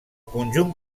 conjunt